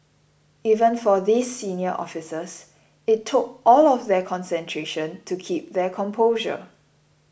even for these senior officers it took all of their concentration to keep their composure